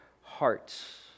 hearts